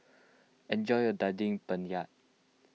enjoy your Daging Penyet